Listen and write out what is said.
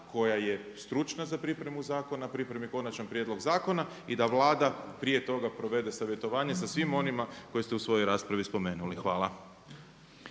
koja je stručna za pripremu zakona pripremi konačan prijedlog zakona i da Vlada prije toga provede savjetovanje sa svima onima koje ste u svojoj raspravi spomenuli. Hvala.